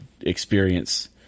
experience